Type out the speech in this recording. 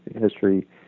history